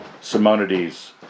Simonides